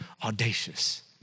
Audacious